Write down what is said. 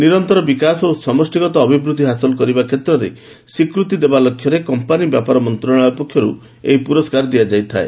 ନିରନ୍ତର ବିକାଶ ଓ ସମଷ୍ଟିଗତ ଅଭିବୃଦ୍ଧି ହାସଲ କରିବା କ୍ଷେତ୍ରରେ ସ୍ୱୀକୃତି ଦେବା ଲକ୍ଷ୍ୟରେ କମ୍ପାନୀ ବ୍ୟାପାର ମନ୍ତ୍ରଣାଳୟ ପକ୍ଷରୁ ଏହି ପୁରସ୍କାର ଦିଆଯାଇଥାଏ